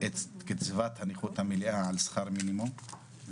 את קצבת הנכות המלאה על שכר מינימום,